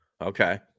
Okay